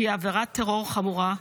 שהיא עבירת טרור חמורה,